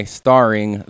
starring